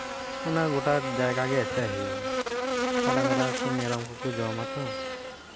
ᱚᱱᱟ ᱜᱚᱴᱟ ᱡᱟᱭᱜᱟ ᱜᱮ ᱮᱥᱮᱫ ᱦᱩᱭᱩᱜᱼᱟ ᱵᱟᱠᱷᱟᱱ ᱰᱟᱝᱨᱟ ᱠᱚ ᱢᱮᱨᱚᱢ ᱠᱚᱠᱚ ᱡᱚᱢᱼᱟ ᱛᱚ